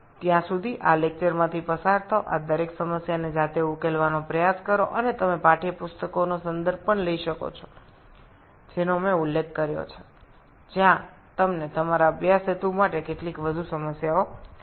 ততক্ষণ এই অধ্যায়টি পড়ুন এই সমস্যাগুলি নিজের থেকে সমাধান করার চেষ্টা করুন এবং আমি যে পাঠ্যপুস্তকগুলি উল্লেখ করেছি সেগুলি পড়তে পারেন যেখানে আপনি অনুশীলনের উদ্দেশ্যে আরও কিছু সমস্যা পেতে পারেন